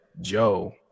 joe